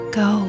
go